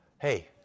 hey